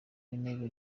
w’intebe